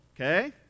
okay